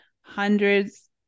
Hundreds